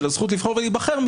של הזכות לבחור ולהיבחר,